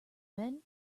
men